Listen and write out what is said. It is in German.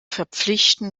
verpflichten